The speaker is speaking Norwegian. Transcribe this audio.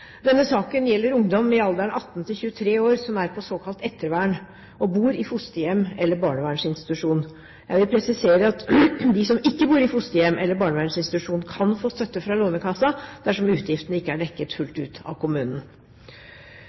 Denne saken gjelder ungdom i alderen 18–23 år som er på såkalt ettervern, og bor i fosterhjem eller barnevernsinstitusjon. Jeg vil presisere at de som ikke bor i fosterhjem eller barnevernsinstitusjon, kan få støtte fra Lånekassen dersom utgiftene ikke er dekket fullt ut av kommunen.